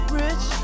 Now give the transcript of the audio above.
rich